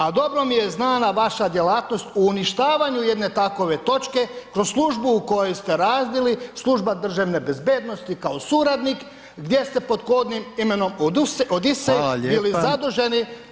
A dobro mi je znana vaša djelatnost u uništavanju jedne takve točke kroz službu u kojoj ste radili, služba državne bezbednosti kao suradnik gdje ste pod kodnim imenom Odisej [[Upadica Reiner: Hvala lijepa.]] bili zaduženi.